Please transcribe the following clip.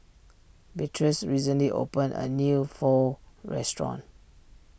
Beatriz recently opened a new Pho restaurant